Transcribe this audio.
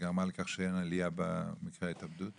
גם על כך שאין עלייה במקרי ההתאבדות?